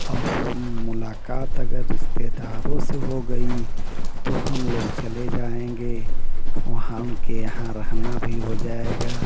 और फिर मुलाकात अगर रिश्तेदारों से हो गई तो हम लोग चले जाएंगे वहाँ उनके यहाँ रहना भी हो जाएगा